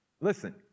Listen